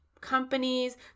companies